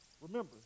Remember